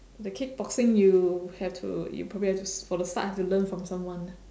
for the kickboxing you have to you probably have to for the start have to learn from someone